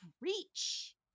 reach